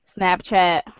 Snapchat